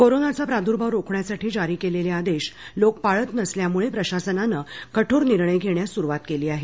corona प्रादुर्भाव रोखण्यासाठी जारी केलेले आदेश लोक पाळत नसल्याचं प्रशासनानं कठोर निर्णय घेण्यास सुरूवात केली आहे